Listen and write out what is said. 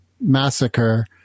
massacre